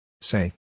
Say